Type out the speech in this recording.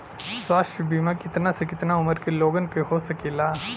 स्वास्थ्य बीमा कितना से कितना उमर के लोगन के हो सकेला?